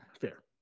Fair